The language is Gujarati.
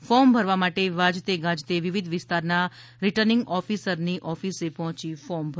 ફોર્મ ભરવા માટે વાજતે ગાજતે વિવિધ વિસ્તારના રીટર્નિંગ ઓફિસરની ઓફિસે પહોંચી ફોર્મ ભર્યું હતું